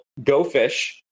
GoFish